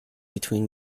between